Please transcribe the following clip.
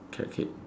carrot cake